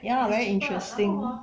ya lah very interesting